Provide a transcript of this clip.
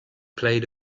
played